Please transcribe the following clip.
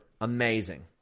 amazing